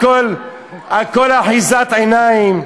הכול אחיזת עיניים.